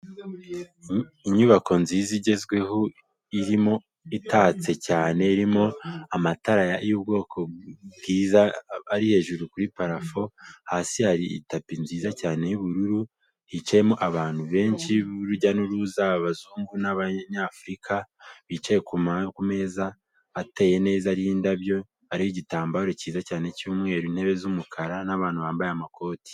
Inyubako nziza igezweho irimo itatse cyane irimo amatara y'ubwoko bwiza ari hejuru kuri parafu, hasi hari itapi nziza cyane y'ubururu, hicayemo abantu benshi b'urujya n'uruza abazungu n'Abanyafurika bicaye ku meza ateye neza ariho indabyo ariho igitambaro kiza cyane cy'umweru intebe z'umukara n'abantu bambaye amakoti.